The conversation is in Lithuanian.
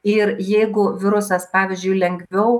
ir jeigu virusas pavyzdžiui lengviau